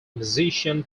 musician